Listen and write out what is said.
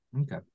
Okay